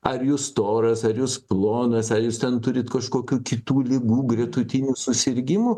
ar jūs storas ar jūs plonas ar jūs ten turit kažkokių kitų ligų gretutinių susirgimų